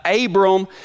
Abram